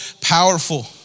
powerful